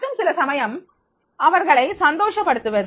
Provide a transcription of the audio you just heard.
மற்றும் சில சமயம் அவர்களை சந்தோஷப்படுத்துவது